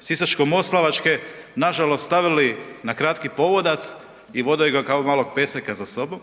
Sisačko-moslavačke nažalost stavili na kratki povodac i vodaju ga kao malog peseka za sobom,